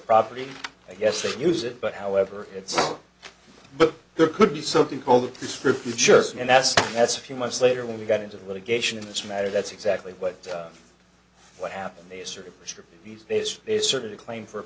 property i guess to use it but however it's but there could be something called the scriptures and that's that's a few months later when we got into the litigation in this matter that's exactly what what happened they sort of these days they sort of claim for